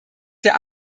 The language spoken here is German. der